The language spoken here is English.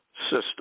system